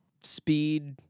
Speed